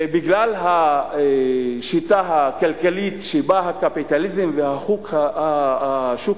בגלל השיטה הכלכלית שבה הקפיטליזם והשוק